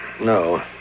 No